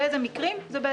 אם הרופא חולה,